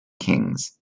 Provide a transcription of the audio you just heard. kings